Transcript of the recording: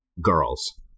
girls